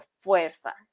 fuerza